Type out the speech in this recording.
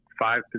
five